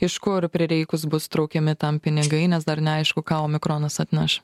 iš kur prireikus bus traukiami tam pinigai nes dar neaišku ką omikronas atneš